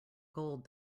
gold